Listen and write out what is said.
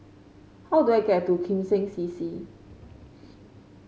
how do I get to Kim Seng C C